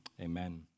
amen